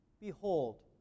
Behold